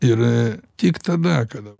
ir tik tada kada